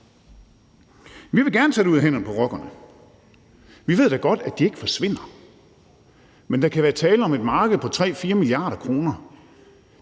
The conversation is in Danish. Vi vil gerne tage det ud af hænderne på rockerne. Vi ved da godt, at de ikke forsvinder, men der kan være tale om et marked på 3-4 mia. kr.,